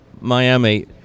Miami